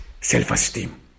self-esteem